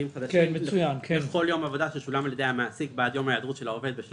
חדשים לכל יום עבודה ששולם על ידי המעסיק בעד יום היעדרות של העובד בשל